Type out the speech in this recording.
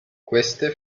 queste